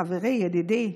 חברי, ידידי,